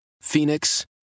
Phoenix